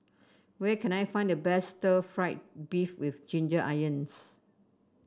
where can I find the best Stir Fried Beef with Ginger Onions